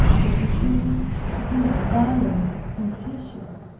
the disease proved violent and tedious,